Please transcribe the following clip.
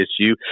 issue